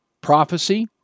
prophecy